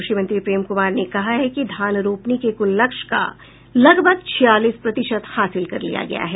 कृषि मंत्री प्रेम कुमार ने कहा है कि धान रोपनी के कुल लक्ष्य का लगभग छियालीस प्रतिशत हासिल कर लिया गया है